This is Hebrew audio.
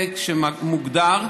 מוגדרים